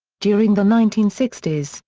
during the nineteen sixty s,